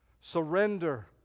Surrender